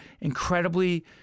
incredibly